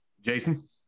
Jason